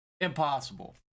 Impossible